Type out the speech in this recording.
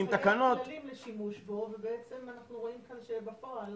תקנות ----- לשימוש בו ובעצם אנחנו רואים כאן שבפועל